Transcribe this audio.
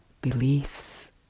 beliefs